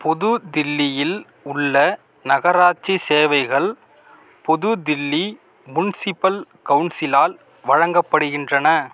புது தில்லியில் உள்ள நகராட்சி சேவைகள் புது தில்லி முன்சிபல் கவுன்சிலால் வழங்கப்படுகின்றன